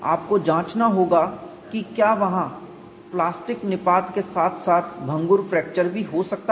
आपको जांचना होगा कि क्या वहां प्लास्टिक निपात के साथ साथ भंगुर फ्रैक्चर भी हो सकता है